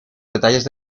detalles